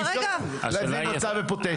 אי אפשר להביא מצב היפותטי.